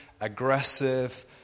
aggressive